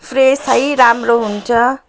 fresh है राम्रो हुन्छ